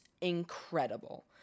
incredible